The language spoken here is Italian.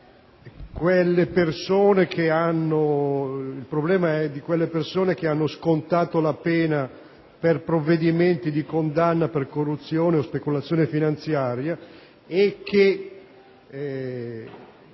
riguarda quelle persone che hanno scontato la pena per provvedimenti di condanna per corruzione o speculazione finanziaria e che